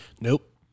Nope